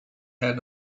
had